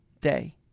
day